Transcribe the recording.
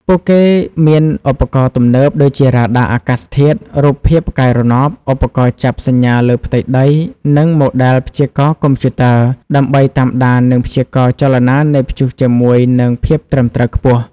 ពួកគេមានឧបករណ៍ទំនើប ដូចជា រ៉ាដាអាកាសធាតុ រូបភាពផ្កាយរណប ឧបករណ៍ចាប់សញ្ញាលើផ្ទៃដី និងម៉ូដែលព្យាករណ៍កុំព្យូទ័រ ដើម្បីតាមដាន និងព្យាករណ៍ចលនានៃព្យុះជាមួយនឹងភាពត្រឹមត្រូវខ្ពស់។